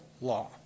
law